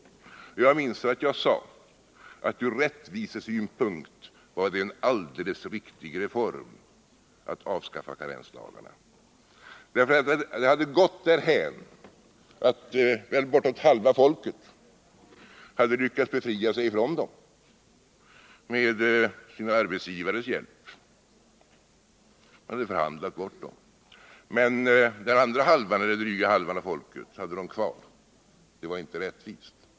Jag minns att jag sade, att från rättvisesynpunkt var det en alldeles riktig reform att avskaffa karensdagarna. Det hade nämligen gått därhän att bortåt halva folket hade lyckats befria sig från dem med sina arbetsgivares hjälp. De hade förhandlat bort dem. Men den andra dryga halvan av folket hade kvar karensdagarna. Det var inte rättvist.